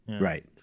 Right